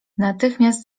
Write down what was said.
natychmiast